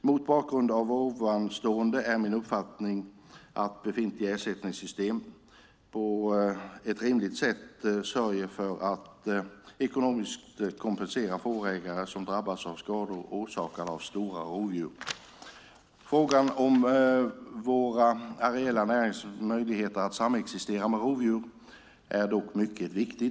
Mot bakgrund av ovanstående är min uppfattning att befintligt ersättningssystem på ett rimligt sätt sörjer för att ekonomiskt kompensera fårägare som drabbats av skador orsakade av stora rovdjur. Frågan om våra areella näringars möjligheter att samexistera med rovdjur är dock mycket viktig.